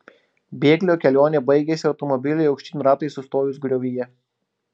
bėglio kelionė baigėsi automobiliui aukštyn ratais sustojus griovyje